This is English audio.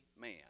man